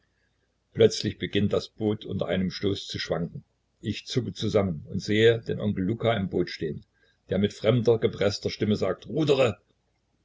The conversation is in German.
plötzlich beginnt das boot unter einem stoß zu schwanken ich zucke zusammen und sehe den onkel luka im boote stehen der mit fremder gepreßter stimme sagt rudre